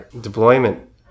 deployment